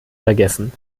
vergessen